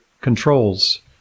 controls